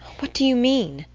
what do you mean?